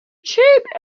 cheap